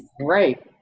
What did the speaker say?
Right